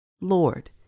Lord